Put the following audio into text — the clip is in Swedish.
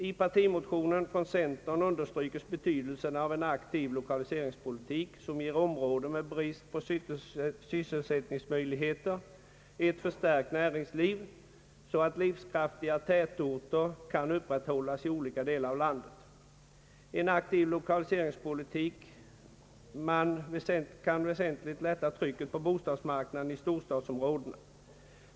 I partimotionen från centern understrykes betydelsen av en aktiv lokaliseringspolitik som ger områden med brist på sysselsättningsmöjligheter ett förstärkt näringsliv så att livskraftiga tätorter kan upprätthållas i olika delar av landet, En aktiv lokaliseringspolitik kan väsentligt lätta trycket på bostadsmarknaden i storstadsområdena.